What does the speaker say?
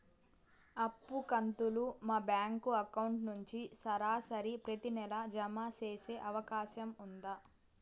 అప్పు కంతులు మా బ్యాంకు అకౌంట్ నుంచి సరాసరి ప్రతి నెల జామ సేసే అవకాశం ఉందా?